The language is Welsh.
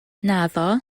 naddo